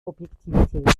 objektivität